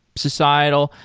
societal.